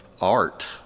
Art